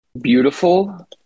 beautiful